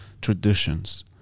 traditions